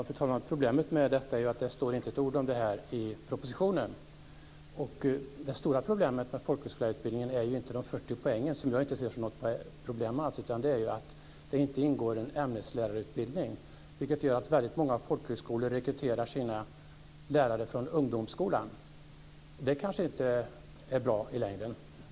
Fru talman! Problemet med detta är att det inte står ett ord om detta i propositionen. Det stora problemet med folkhögskolelärarutbildningen är inte de 40 poängen, som jag inte ser som något problem alls, utan det är att det inte ingår i någon ämneslärarutbildning. Det gör att väldigt många folkhögskolor rekryterar sina lärare från ungdomsskolan. Det kanske inte är bra i längden.